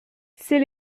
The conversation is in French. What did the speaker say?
c’est